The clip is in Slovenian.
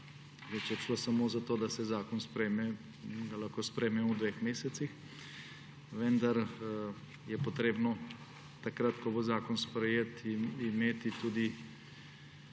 Če bi šlo samo za to, da se zakon sprejme, ga mi lahko sprejmemo v dveh mesecih. Vendar je treba takrat, ko bo zakon sprejet, imeti tudi